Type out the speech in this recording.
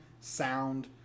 sound